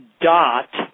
dot